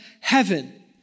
heaven